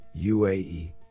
UAE